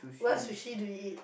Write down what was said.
what sushi do you eat